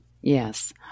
Yes